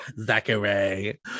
Zachary